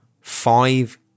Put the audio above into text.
five